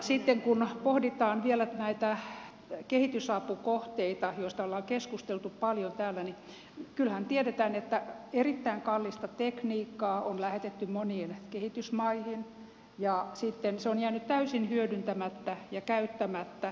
sitten kun pohditaan vielä näitä kehitysapukohteita joista ollaan keskusteltu paljon täällä niin kyllähän tiedetään että erittäin kallista tekniikkaa on lähetetty moniin kehitysmaihin ja sitten se on jäänyt täysin hyödyntämättä ja käyttämättä